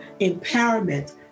empowerment